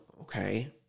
okay